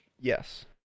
Yes